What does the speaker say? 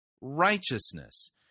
righteousness